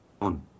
on